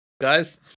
guys